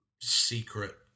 secret